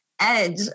edge